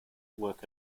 work